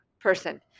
person